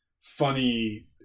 funny